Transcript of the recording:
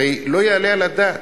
הרי לא יעלה על הדעת.